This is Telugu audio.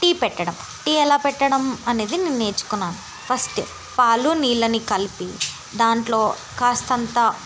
టీ పెట్టడం టీ ఎలా పెట్టడం అనేది నేను నేర్చుకున్నాను ఫస్ట్ పాలు నీళ్ళని కలిపి దాంట్లో కాసంత